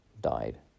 died